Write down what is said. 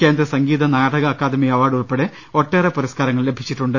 കേന്ദ്ര സംഗീത നാടക അക്കാദമി അവാർഡ് ഉൾപ്പെടെ ഒട്ടേറെ പുരസ്കാരങ്ങൾ ലഭിച്ചിട്ടുണ്ട്